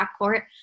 backcourt